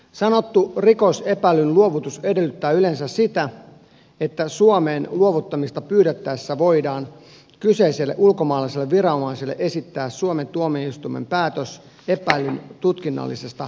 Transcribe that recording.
sanottu rikosepäillyn luovutus edellyttää yleensä sitä että suomeen luovuttamista pyydettäessä voidaan kyseiselle ulkomaalaiselle viranomaiselle esittää suomen tuomioistuimen päätös epäillyn tutkinnallisesta vangitsemisesta